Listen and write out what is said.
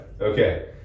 Okay